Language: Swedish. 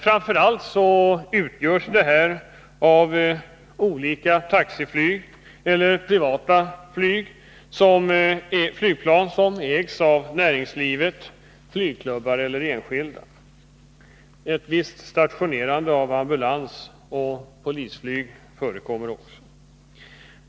Framför allt utgörs detta av olika taxiflyg eller privata flygplan, som ägs av näringslivet, flygklubbar eller enskilda. Ett visst stationerande av ambulansoch polisflyg förekommer också.